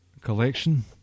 collection